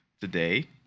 today